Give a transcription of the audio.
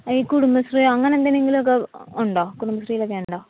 ഈ കുടുംബശ്രീയോ അങ്ങനെ എന്തിനെങ്കിലും ഒക്കെ ഉണ്ടോ കുടുംബശ്രീയിലൊക്കെ ഉണ്ടോ